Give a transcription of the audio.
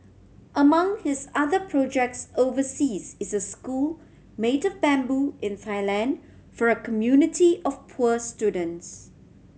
among his other projects overseas is a school made of bamboo in Thailand for a community of poor students